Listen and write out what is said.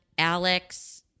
Alex